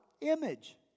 image